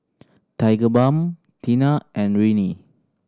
Tigerbalm Tena and Rene